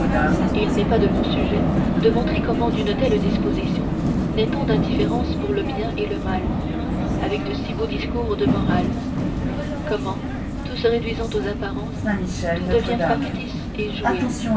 il n'est pas de mon sujet de montrer comment d'une telle disposition naît tant d'indifférence pour le bien et le mal avec de si beaux discours de morale comment tout se réduisant aux apparences tout devient factice et joué